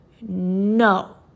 no